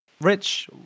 Rich